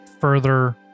further